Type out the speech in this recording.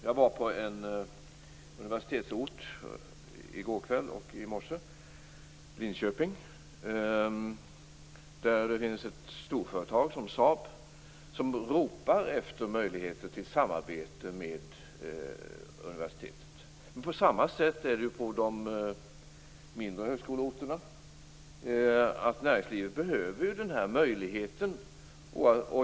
Jag var på en universitetsort, Linköping, i går kväll och i morse. Det finns där ett storföretag, Saab, som ropar efter möjligheter till samarbete med universitetet. På samma sätt är det på de mindre högskoleorterna. Näringslivet behöver den här möjligheten.